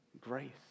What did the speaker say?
grace